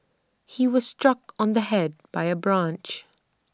he was struck on the Head by A branch